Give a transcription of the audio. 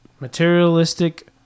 materialistic